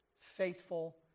faithful